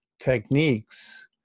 techniques